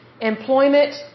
employment